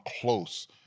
close